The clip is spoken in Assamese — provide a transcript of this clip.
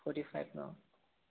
forty five no